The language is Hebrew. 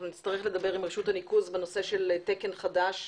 נצטרך לדבר עם רשות הניקוז בנושא של תקן חדש,